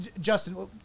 Justin